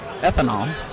ethanol